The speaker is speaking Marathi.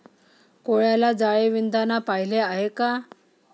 कोळ्याला जाळे विणताना पाहिले आहे का?